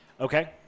Okay